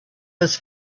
was